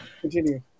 Continue